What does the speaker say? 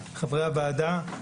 וחברי הוועדה,